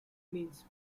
means